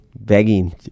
begging